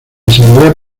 asamblea